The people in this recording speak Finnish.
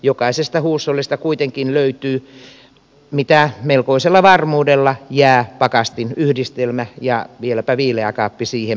jokaisesta huushollista kuitenkin löytyy melkoisella varmuudella jää pakastinyhdistelmä ja vieläpä viileäkaappi siihen päälle